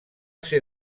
ser